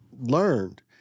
learned